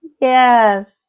Yes